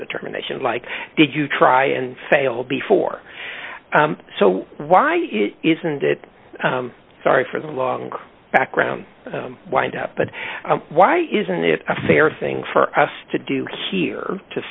determination like did you try and fail before so why isn't it sorry for the long background wind up but why isn't it a fair thing for us to do